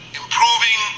improving